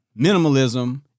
minimalism